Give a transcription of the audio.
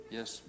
Yes